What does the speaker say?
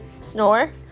Snore